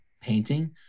painting